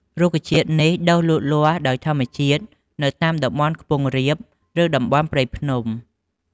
រុក្ខជាតិនេះដុះលូតលាស់ដោយធម្មជាតិនៅតាមតំបន់ខ្ពង់រាប ឬតំបន់ព្រៃភ្នំ។